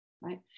Right